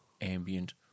ambient